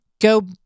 go